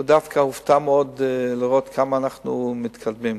הוא דווקא הופתע מאוד לראות כמה אנחנו מתקדמים.